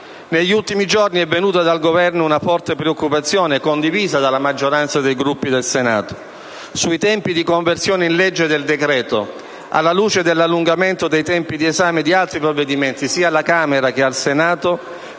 Negli ultimi giorni è venuta dal Governo una forte preoccupazione, condivisa dalla maggioranza dei Gruppi del Senato, sui tempi di conversione in legge del decreto, alla luce dell'allungamento dei tempi di esame di altri provvedimenti, sia alla Camera che al Senato,